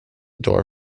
door